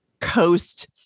coast